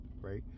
right